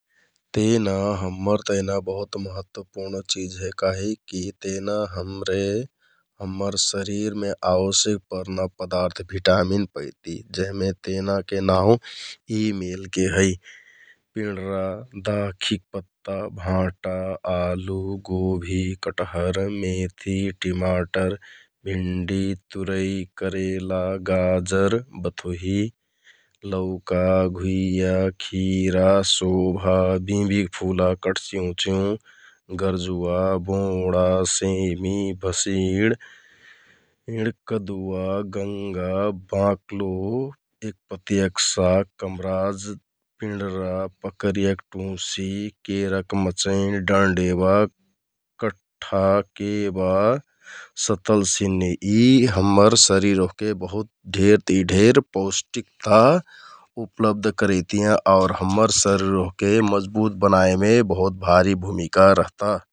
तेना हम्मर तेहना बहुत महत्वपुर्ण जिझ हे काहिककि तेना हमरे हम्मर शरिरमे आवश्यक परना पदार्थ भिटामिन पैति । जेहमे तेनाके नाउँ यि मेलके है पिंडरा, दाखिक पत्ता, भाँटा, आलु, गोभि, कटहर, मेथि, टिमाटर, भिन्डि, तुरै, करेला, गाजर, बथुहि, लौका, घुइया, खिरा, सोभा, बिंबिंक फुला, कठचिउँचिउँ, गरजुवा, बोंडा, सेमि, भँसिड, कदुवा, गंगा, बाँकलो, एकपतियक साग, कमराज, पिंडरा, पकरियक टुँसि, केरक मचैंड, डन्डेबक कट्ठा, केबा, सतलसन्नि यि हम्मर शरिर ओहके बहुत ढेर ति ढेर पौष्टिकता उपलब्ध करैतियाँ । आउर हम्मर शरिर ओहके मजबुत बनाइमे बहुत भारी भुमिका रहता ।